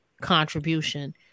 contribution